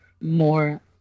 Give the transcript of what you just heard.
more